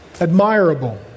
admirable